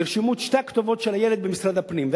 ירשמו את שתי הכתובות של הילד במשרד הפנים,